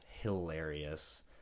hilarious